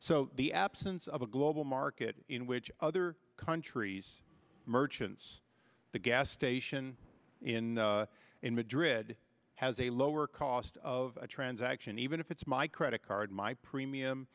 so the absence of a global market in which other countries merchants the gas station in in madrid has a lower cost of a transaction even if it's my credit card my premium